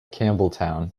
campbelltown